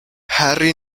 harry